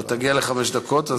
אתה תגיע לחמש דקות.